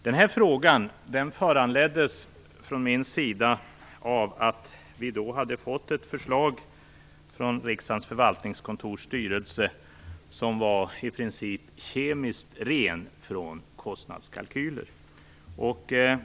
Den frågan föranleddes från min sida av att vi då hade fått ett förslag från riksdagens förvaltningskontors styrelse som i princip var kemiskt ren från kostnadskalkyler.